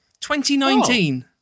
2019